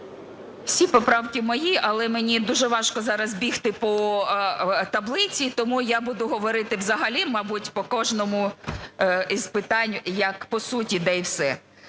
Всі поправки мої, але мені дуже важко зараз бігти по таблиці, тому я буду говорити взагалі, мабуть, по кожному із питань як по суті, та і все.